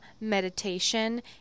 meditation